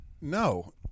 No